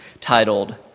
titled